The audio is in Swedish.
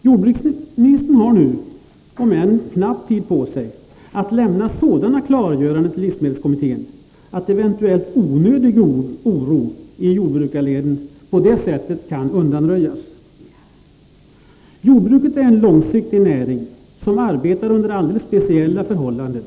Jordbruksministern har nu om än knapp så ändå tid på sig att lämna sådana klargöranden till livsmedelskommittén att eventuell onödig oro i jordbrukarleden kan undanröjas. Jordbruket är en långsiktig näring som arbetar under speciella förhållanden.